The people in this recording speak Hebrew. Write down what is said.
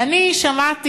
ואני שמעתי,